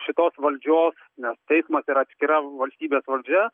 šitos valdžios nes teismas yra atskira valstybės valdžia